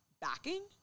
backing